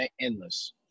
Endless